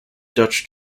dutch